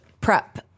prep